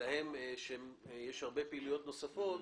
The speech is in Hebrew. ולהם יש הרבה פעילויות נוספות,